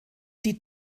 die